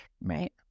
right